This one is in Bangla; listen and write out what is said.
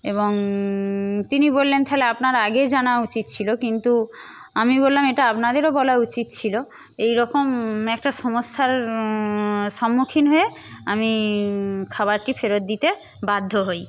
এবং তিনি বললেন তাহলে আপনার আগে জানা উচিত ছিল কিন্তু আমি বললাম এটা আপনাদেরও বলা উচিত ছিল এইরকম একটা সমস্যার সম্মুখীন হয়ে আমি খাবারটি ফেরত দিতে বাধ্য হই